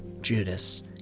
Judas